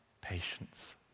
patience